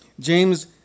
James